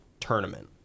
Tournament